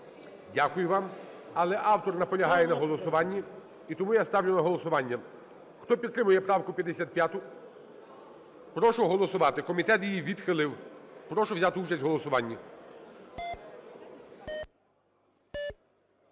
Дякую вам. Але автор наполягає на голосуванні, і тому я ставлю на голосування. Хто підтримує правку 55, прошу голосувати. Комітет її відхилив. Прошу взяти участь в голосуванні.